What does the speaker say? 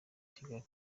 kigali